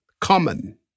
common